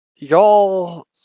Y'all